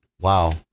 wow